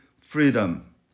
freedom